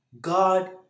God